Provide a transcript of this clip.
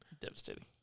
Devastating